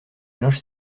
linge